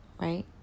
Right